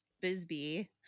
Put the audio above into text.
Bisbee